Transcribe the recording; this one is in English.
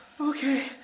Okay